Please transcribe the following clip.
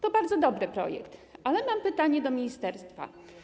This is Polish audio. To bardzo dobry projekt, ale mam pytanie do ministerstwa.